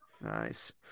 nice